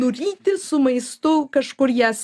nuryti su maistu kažkur jas